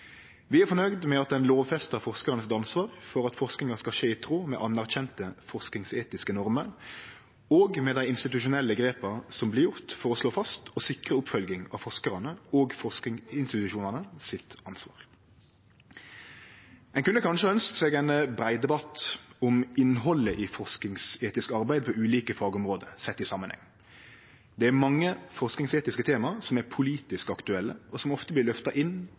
Vi er fornøgde med at ein lovfestar forskarane sitt ansvar for at forskinga skal skje i tråd med anerkjende forskingsetiske normer, og med dei institusjonelle grepa som blir tatt for å slå fast og sikre oppfølging av ansvaret til forskarane og forskingsinstitusjonane. Ein kunne kanskje ha ønskt seg ein brei debatt om innhaldet i forskingsetisk arbeid på ulike fagområde, sett i samanheng. Det er mange forskingsetiske tema som er politisk aktuelle, og som ofte blir løfta inn